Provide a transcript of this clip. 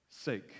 sake